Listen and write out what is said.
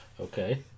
Okay